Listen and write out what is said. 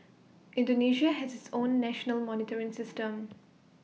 Indonesia has its own national monitoring system